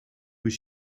was